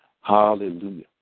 Hallelujah